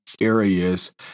areas